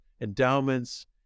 endowments